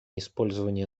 использование